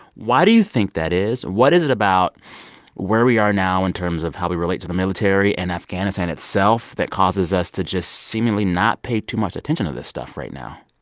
why do you think that is? what is it about where we are now in terms of how we relate to the military and afghanistan itself that causes us to just seemingly not pay too much attention to this stuff right now?